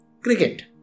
cricket